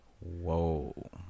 whoa